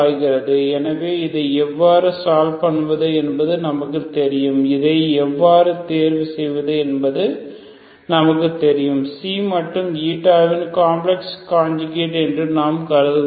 எனவே இதை எவ்வாறு சால்வ் பண்ணுவது என்பது நமக்கு தெரியும் இதை எவ்வாறு தேர்வு செய்வது என்பது நமக்கு தெரியும் ξ மற்றும் இவை காம்ப்ளெக்ஸ் காஞ்சுகேட் என்று நாம் எடுத்துக்கொள்கிறோம்